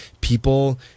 people